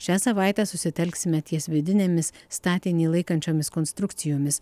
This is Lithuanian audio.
šią savaitę susitelksime ties vidinėmis statinį laikančiomis konstrukcijomis